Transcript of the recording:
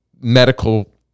medical